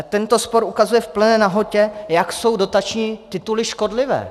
Tento spor ukazuje v plné nahotě, jak jsou dotační tituly škodlivé.